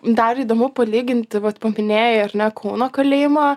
dar įdomu palyginti vat paminėjai ar ne kauno kalėjimo